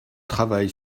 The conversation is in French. travail